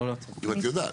אם את יודעת.